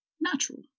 natural